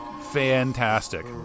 fantastic